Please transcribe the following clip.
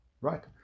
right